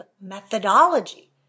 methodology